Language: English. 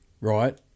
right